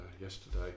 yesterday